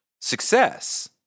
success